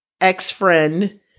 ex-friend